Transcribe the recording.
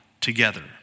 together